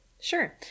Sure